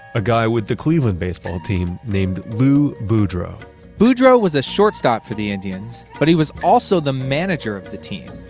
a guy with the cleveland baseball team named lou boudreau boudreau was a shortstop for the indians, but he was also the manager of the team.